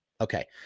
Okay